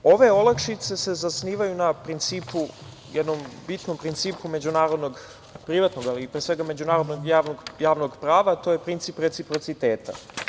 Ove olakšice se zasnivaju na jednom bitnom principu međunarodnog privatnog, ali pre svega međunarodnog javnog prava, a to je princip reciprociteta.